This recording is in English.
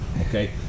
okay